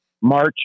March